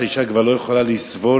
שאשה כבר לא יכולה לסבול